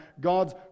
God's